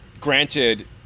granted